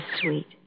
sweet